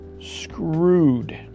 Screwed